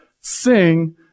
sing